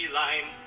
line